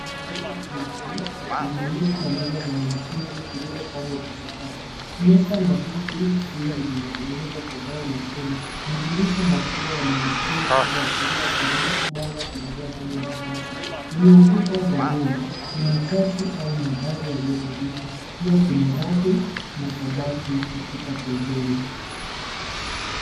Darasa tupu lina miti na meza za wanafunzi zilizopangwa kwa sakafu. Meza na viti vingi vimetengenezwa kwa mbao na chuma. Madirisha makubwa yanaonekana upande wa kulia kiruhusu mwanga kuingia ndani ya darasa. Kwenye ukuta za nyuma kuna chati au mabango yaliyo badilikwa pia kuna rafu na kabati ukuta pembeni.